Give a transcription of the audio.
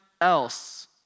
else